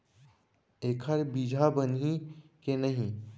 एखर बीजहा बनही के नहीं?